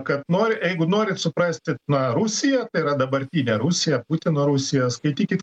kad nori jeigu nori suprasti na rusiją tai yra dabartinę rusiją putino rusiją skaitykit